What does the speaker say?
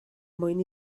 mwyn